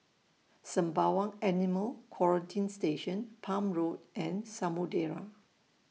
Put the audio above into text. Sembawang Animal Quarantine Station Palm Road and Samudera